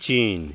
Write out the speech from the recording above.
चीन